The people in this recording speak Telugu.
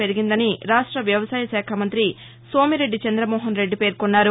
పెరిగిందని రాష్ట వ్యవసాయ శాఖ మంతి సోమిరెడ్డి చంద్రమోహన్ రెడ్డి పేర్కొన్నారు